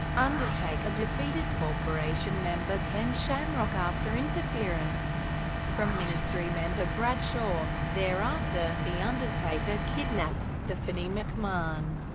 undertaker defeated corporation member ken shamrock after interference from ministry member bradshaw. thereafter, the undertaker kidnapped stephanie mcmahon,